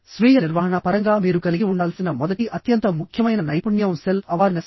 స్వీయ నిర్వహణ పరంగా మీరు కలిగి ఉండాల్సిన మొదటి అత్యంత ముఖ్యమైన నైపుణ్యం సెల్ఫ్ అవార్నెస్